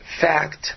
fact